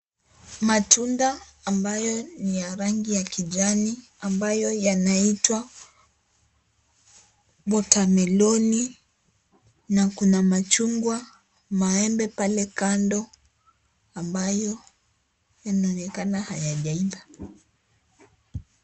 Matunda ambayo ni ya rangi ya kijani, ambayo yanaitwa watermeloni na kuna machungwa, maembe pale kando, ambayo yanaonekana hayajaiva.